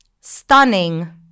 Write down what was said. Stunning